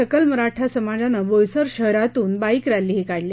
सकल मराठा समाजानं बोईसर शहरातून बाईक रॅलीही काढली